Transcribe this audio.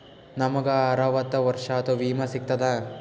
ನಮ್ ಗ ಅರವತ್ತ ವರ್ಷಾತು ವಿಮಾ ಸಿಗ್ತದಾ?